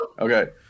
Okay